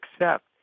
accept